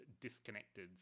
disconnected